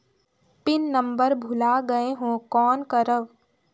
Pin number भुला गयें हो कौन करव?